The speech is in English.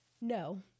No